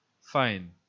Fine